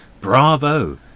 Bravo